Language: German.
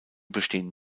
bestehen